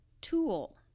tool